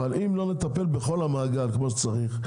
אבל אם לא נטפל בכל המעגל כמו שצריך,